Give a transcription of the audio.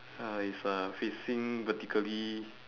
uh it's uh facing vertically